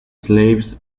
slaves